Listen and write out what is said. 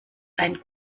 ein